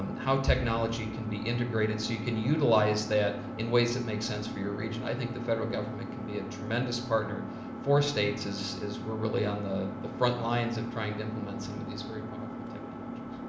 um how technology can be integrated so you can utilize that in ways that make sense for your region. i think the federal government can be a tremendous partner for states as we are really on the the front lines of trying to implement some of these very powerful technologies.